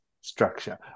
structure